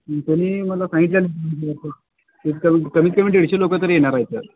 त्यांच्यानी मला सांगितलेलं कमीत कमी दीडशे लोक तर येणार आहे सर